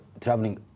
traveling